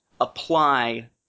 apply